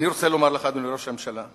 אני רוצה לומר לך, אדוני ראש הממשלה,